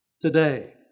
today